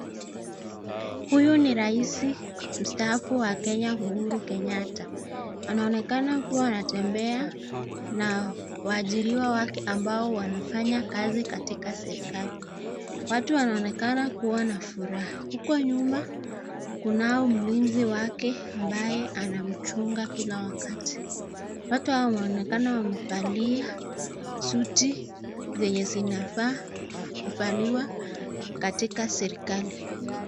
Huyu ni rais mstaafu wa Kenya Uhuru Kenyatta. Anaonekana kuwa anatembea na waajiriwa wake ambao wanafanya kazi katika serikali. Watu wanaonekana kuwa na furaha. Huko nyuma kuna mlinzi wake ambaye anamchunga kila wakati. Watu hawa wanaonekana wamevalia suti zenye zinafaa kuvaliwa katika serikali.